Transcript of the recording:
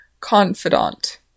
Confidant